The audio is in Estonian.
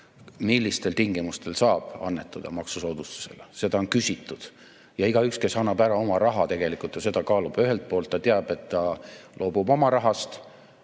millistel tingimustel saab annetada maksusoodustusega. Seda on küsitud. Ja igaüks, kes annab ära oma raha, tegelikult ju seda kaalub. Ühelt poolt ta teab, et ta loobub oma rahast,